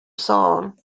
song